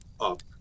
up